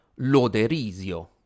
Loderizio